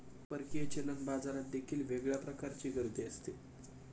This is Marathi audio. परकीय चलन बाजारात देखील वेगळ्या प्रकारची गर्दी असते